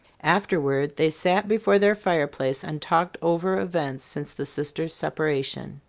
afterward, they sat before their fireplace and talked over events since the sisters' separation.